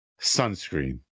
sunscreen